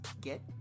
get